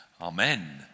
amen